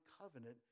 covenant